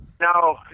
no